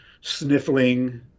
sniffling